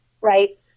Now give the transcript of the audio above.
right